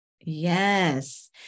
Yes